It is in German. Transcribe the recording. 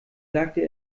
sagte